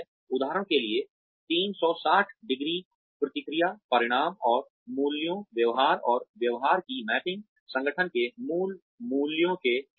उदाहरण के लिए 360 ° प्रतिक्रिया परिणाम और मूल्यों व्यवहार और व्यवहार की मैपिंग संगठन के मूल मूल्यों के खिलाफ